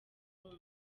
album